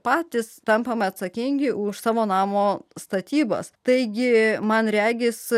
patys tampame atsakingi už savo namo statybos taigi man regis